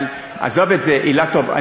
אבל עזוב את זה, אילטוב.